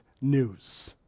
news